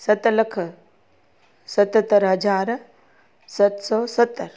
सत लख सतहतरि हज़ार सत सौ सतरि